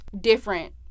different